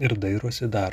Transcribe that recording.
ir dairosi dar